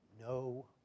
No